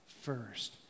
first